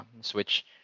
Switch